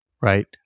right